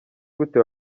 gute